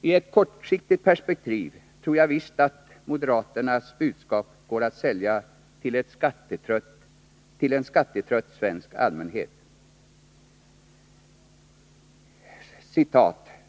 I ett kortsiktigt perspektiv tror jag visst att moderaternas budskap går bra att sälja till en skattetrött svensk allmänhet.